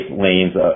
lanes